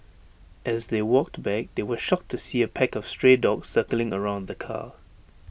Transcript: as they walked back they were shocked to see A pack of stray dogs circling around the car